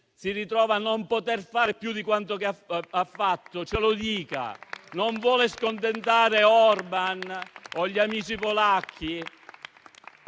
si ritrova a non poter fare più di quanto ha fatto. Ce lo dica: non vuole scontentare Orban o gli amici polacchi?